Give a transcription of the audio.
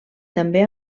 també